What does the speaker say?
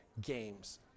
games